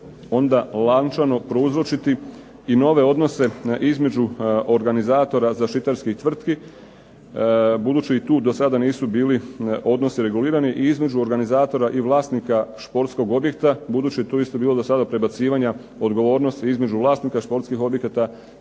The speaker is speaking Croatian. onda lančano prouzročiti i nove odnose između organizatora zaštitarskih tvrtki. Budući tu do sada nisu bili odnosi regulirani i između organizatora i vlasnika športskog objekta, budući je tu do sada bilo prebacivanja odgovornosti između vlasnika športskih objekata